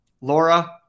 Laura